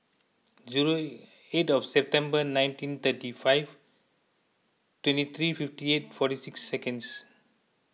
zero eight of September nineteen thirty five twenty three fifty eight forty six seconds